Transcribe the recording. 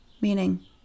Meaning